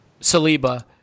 Saliba